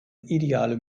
ideale